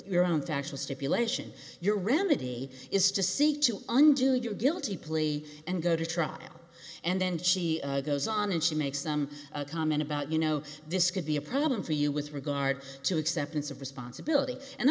your own factual stipulation your remedy is to seek to undo your guilty plea and go to trial and then she goes on and she makes them a comment about you know this could be a problem for you with regard to acceptance of responsibility and